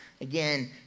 again